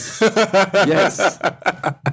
Yes